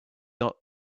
not